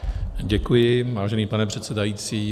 Děkuji, vážený pane předsedající.